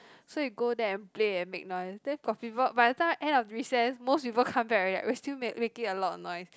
so we got there and play and make noise the got people by at the end of recess most people come back but we were still making a lot of noise